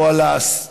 או על הנושא,